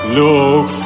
look